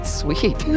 sweet